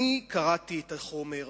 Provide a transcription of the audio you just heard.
אני קראתי את החומר.